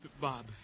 Bob